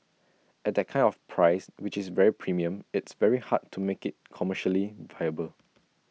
at that kind of price which is very premium it's very hard to make IT commercially viable